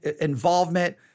involvement